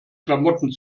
klamotten